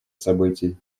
событий